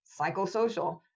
psychosocial